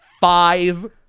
five